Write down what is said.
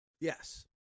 Yes